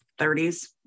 30s